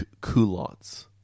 culottes